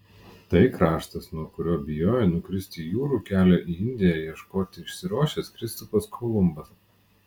tai kraštas nuo kurio bijojo nukristi jūrų kelio į indiją ieškoti išsiruošęs kristupas kolumbas